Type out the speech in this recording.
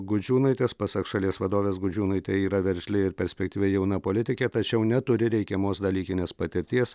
gudžiūnaitės pasak šalies vadovės gudžiūnaitė yra veržli ir perspektyvi jauna politikė tačiau neturi reikiamos dalykinės patirties